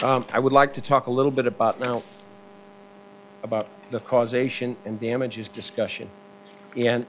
i would like to talk a little bit about now about the causation and damages discussion and